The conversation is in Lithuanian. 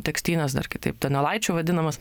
tekstynas dar kitaip donelaičio vadinamas